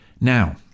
Now